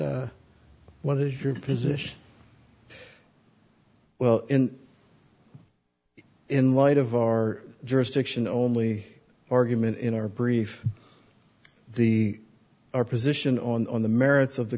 what is your position well in light of our jurisdiction only argument in our brief the our position on the merits of the